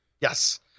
yes